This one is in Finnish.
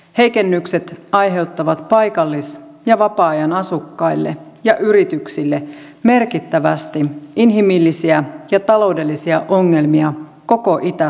heikennykset aiheuttavat paikallisille ja vapaa ajan asukkaille ja yrityksille merkittävästi inhimillisiä ja taloudellisia ongelmia koko itä suomessa